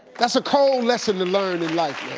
that's a cold lesson to learn in life,